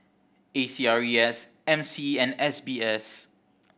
A C R E S M C and S B S